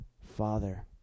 father